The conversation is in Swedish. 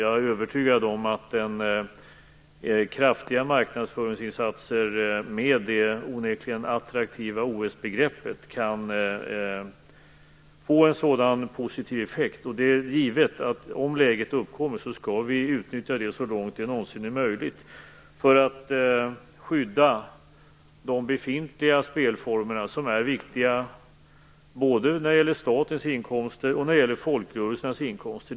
Jag är övertygad om att kraftiga marknadsföringsinsatser med det onekligen attraktiva OS-begreppet kan få en sådan positiv effekt. Om läget uppkommer är det givet att vi skall utnyttja det så långt det någonsin är möjligt för att skydda de befintliga spelformerna, som är viktiga både när det gäller statens inkomster och när det gäller folkrörelsernas inkomster.